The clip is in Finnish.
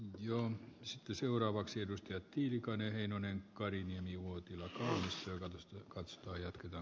gwion esitti seuraavaksi edustaja tiilikainen heinonen koirineen ei voi kyllä syövät ja metsäministeriä